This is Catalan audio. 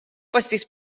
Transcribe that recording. pastís